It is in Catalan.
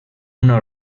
una